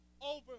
over